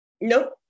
Nope